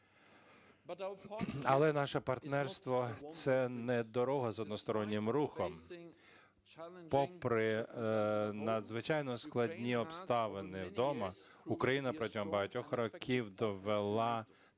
Але наше партнерство - це не дорога з одностороннім рухом. Попри надзвичайно складні обставини вдома, Україна протягом багатьох років довела